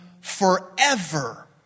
forever